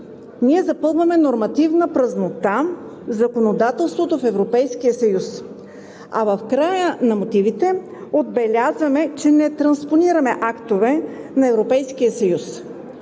ние запълваме нормативна празнота в законодателството в Европейския съюз, а в края на мотивите отбелязваме, че не транспонираме актове на Европейския съюз.